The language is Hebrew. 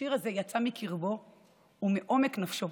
השיר הזה יצא מקרבו ומעומק נפשו